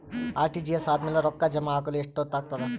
RTGS ಆದ್ಮೇಲೆ ರೊಕ್ಕ ಜಮಾ ಆಗಲು ಎಷ್ಟೊತ್ ಆಗತದ?